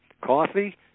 coffee